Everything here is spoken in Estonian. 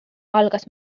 algas